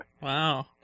Wow